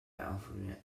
alphabet